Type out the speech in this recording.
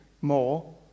more